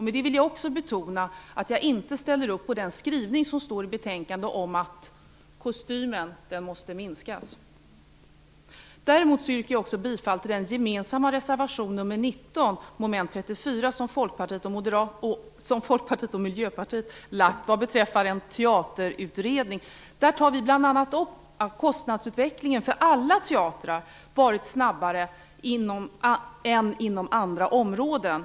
Med det vill jag också betona att jag inte ställer upp på skrivningen i betänkandet om att "kostymen måste minskas". Däremot yrkar jag bifall till Folkpartiets och Miljöpartiets gemensamma reservation nr 19, mom. 34, om en teaterutredning. I den reservationen tar vi bl.a. upp att kostnadsutvecklingen för alla teatrar har varit snabbare än inom andra områden.